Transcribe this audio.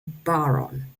baron